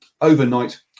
overnight